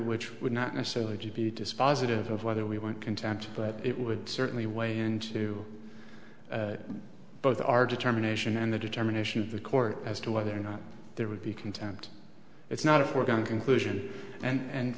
which would not necessarily to be dispositive of whether we want content but it would certainly way into both our determination and the determination of the court as to whether or not there would be contempt it's not a foregone conclusion and